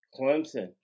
Clemson